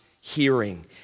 hearing